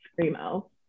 screamo